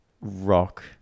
rock